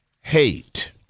hate